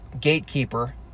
gatekeeper